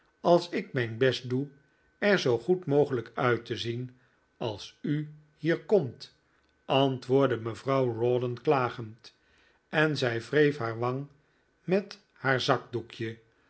als ik mijn best doe er zoo goed mogelijk uit te zien als u hier komt antwoordde mevrouw rawdon klagend en zij wreef haar wang met haar zakdoekje